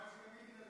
גם היא תישרף.